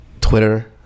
Twitter